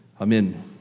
Amen